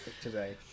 today